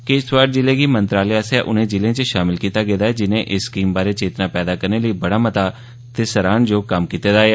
किश्तवाड़ जिले गी मंत्रालय आसेआ उनें जिलें च शामल कीता गेदा ऐ जिनें इस स्कीम बारै चेतना पैदा करने लेई बड़ा मता ते सराहनेजोग कम्म कीता ऐ